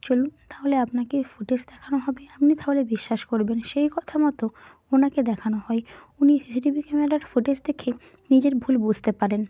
চলুন তাহলে আপনাকে এই ফুটেজ দেখানো হবে আপনি তাহলে বিশ্বাস করবেন সেই কথামতো ওনাকে দেখানো হয় উনি সিসিটিভি ক্যামেরার ফুটেজ দেখে নিজের ভুল বুঝতে পারেন